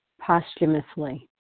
posthumously